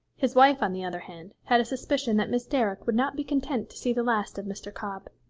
his wife, on the other hand, had a suspicion that miss derrick would not be content to see the last of mr. cobb.